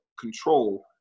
control